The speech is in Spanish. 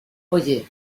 oye